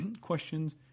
questions